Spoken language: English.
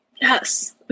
Yes